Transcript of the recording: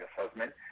assessment